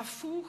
הפוך